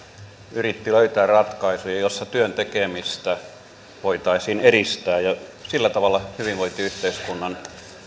yritti löytää ratkaisuja joissa työn tekemistä voitaisiin edistää ja sillä tavalla hyvinvointiyhteiskunnan